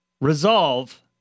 resolve